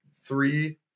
Three